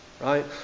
Right